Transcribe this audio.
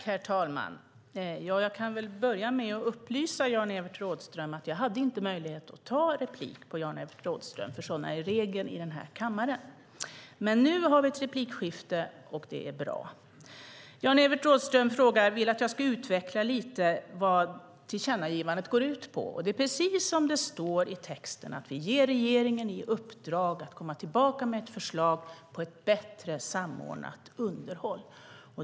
Herr talman! Jag kan väl börja med att upplysa Jan-Evert Rådhström om att jag inte hade möjlighet att begära replik på Jan-Evert Rådhströms anförande. Sådana är reglerna i den här kammaren. Men nu har vi ett replikskifte, och det är bra. Jan-Evert Rådhström vill att jag ska utveckla lite vad tillkännagivandet går ut på. Det är precis som det står i texten. Vi ger regeringen i uppdrag att komma tillbaka med ett förslag på ett bättre samordnat underhåll.